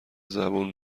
زبون